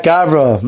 Gavra